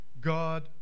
God